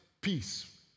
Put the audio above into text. peace